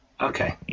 Okay